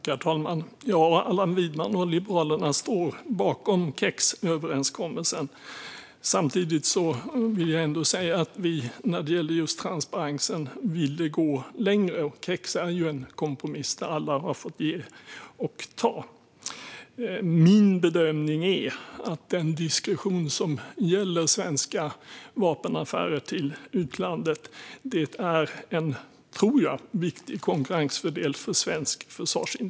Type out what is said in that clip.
Herr talman! Ja, Allan Widman och Liberalerna står bakom KEX-överenskommelsen. Samtidigt vill jag säga att vi när det gällde just transparensen ville gå längre. KEX-överenskommelsen är ju en kompromiss där alla har fått ge och ta. Min bedömning är att den diskretion som gäller svenska vapenaffärer med utlandet är en viktig konkurrensfördel för svensk försvarsindustri.